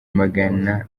magana